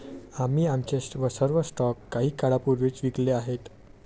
आम्ही आमचे सर्व स्टॉक काही काळापूर्वीच विकले आहेत